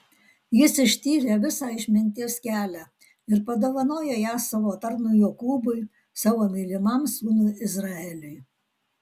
jis ištyrė visą išminties kelią ir padovanojo ją savo tarnui jokūbui savo mylimam sūnui izraeliui